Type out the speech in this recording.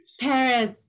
Paris